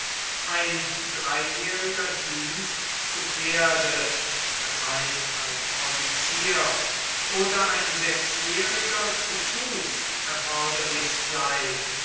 ein dreijähriger dienst zu pferde das heißt als offizier oder ein sechsjähriger zu fuß erforderlich sei